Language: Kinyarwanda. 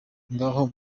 ngaho